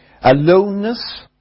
Aloneness